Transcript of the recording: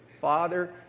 Father